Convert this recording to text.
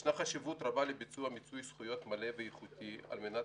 ישנה חשיבות רבה לביצוע מיצוי זכויות מלא ואיכותי על מנת